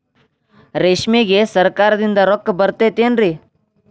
ರೇಷ್ಮೆಗೆ ಸರಕಾರದಿಂದ ರೊಕ್ಕ ಬರತೈತೇನ್ರಿ?